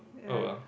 yeah